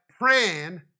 praying